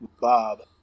Bob